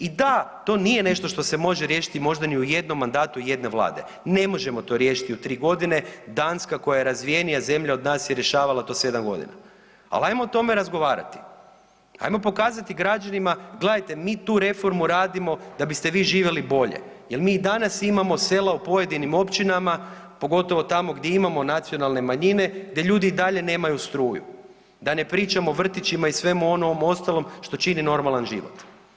I da, to nije nešto što se može riješiti možda ni u jednom mandatu jedne vlade, ne možemo to riješiti u 3.g., Danska koja je razvijena zemlja od nas je rješavala to 7.g. Al ajmo o tome razgovarati, ajmo pokazati građanima, gledajte mi tu reformu radimo da biste vi živjeli bolje jel mi i danas imamo sela u pojedinim općinama, pogotovo tamo gdje imamo nacionalne manjine gdje ljudi i dalje nemaju struju, da ne pričam o vrtićima i svemu onom ostalom što čini normalan život.